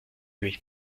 lui